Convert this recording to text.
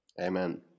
Amen